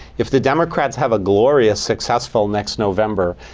if the democrats have a glorious, successful next november,